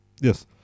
Yes